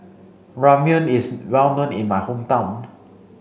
Ramyeon is well known in my hometown